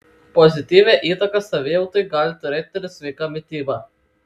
pozityvią įtaką savijautai gali turėti ir sveika mityba